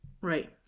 Right